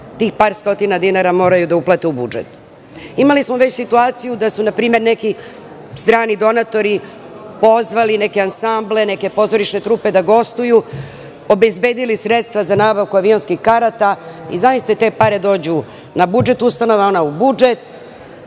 tih par stotina dinara moraju da uplate u budžet. Imali smo već situaciju da su neki strani donatori pozvali neke ansamble, pozorišne trupe da gostuju, obezbedili sredstva za nabavku avionskih karata i zamislite te pare dođu na budžet ustanova, a one u budžet